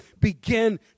begin